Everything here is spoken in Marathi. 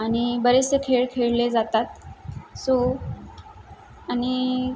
आणि बरेचसे खेळ खेळले जातात सो आणि